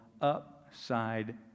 upside